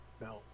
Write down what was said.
No